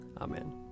Amen